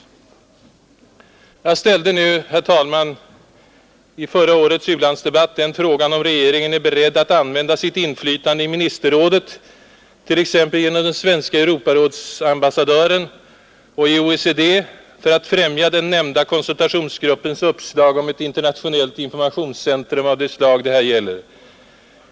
Jag ställde nu, herr talman, i förra årets u-landsdebatt den frågan om regeringen är beredd att använda sitt inflytande i ministerrådet — t.ex. genom den svenske Europarådsambassadören — och i OECD för att främja den nämnda konsultationsgruppens uppslag om ett internationellt informationscentrum av det slag det här gäller.